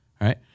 right